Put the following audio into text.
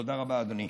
תודה רבה, אדוני.